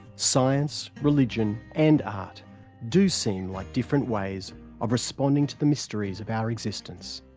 science, religion and art do seem like different ways of responding to the mysteries of our existence.